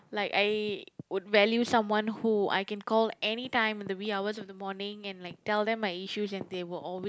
like I would value someone who I can call anytime in the wee hours of the morning and like tell them my issues and they will always